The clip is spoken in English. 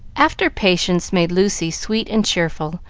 after patience made lucy sweet and cheerful,